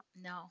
No